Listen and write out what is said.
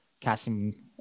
casting